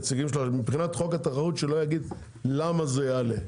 מבחינת חוק התחרות שלא יגידו למה זה יעלה,